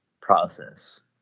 process